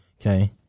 Okay